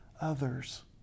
others